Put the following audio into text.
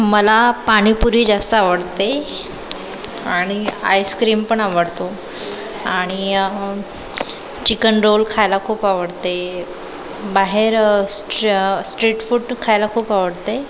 मला पाणीपुरी जास्त आवडते आणि आईस्क्रीम पण आवडते आणि चिकन रोल खायला खूप आवडते बाहेर स्ट्र स्ट्रीट फूड खायला खूप आवडते